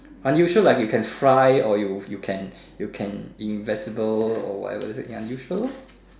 unusual like you can fly or you you can you can invincible or whatever unusual lah